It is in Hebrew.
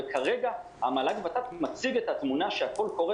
וכרגע המל"ג ות"ת מציג את התמונה שהכול קורה